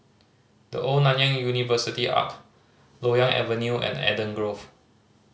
The Old Nanyang University Arch Loyang Avenue and Eden Grove